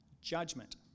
judgment